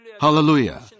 Hallelujah